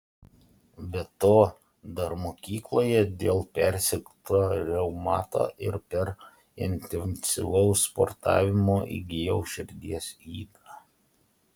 be to dar mokykloje dėl persirgto reumato ir per intensyvaus sportavimo įgijau širdies ydą